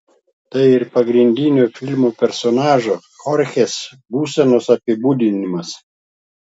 tai ir pagrindinio filmo personažo chorchės būsenos apibūdinimas